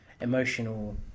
emotional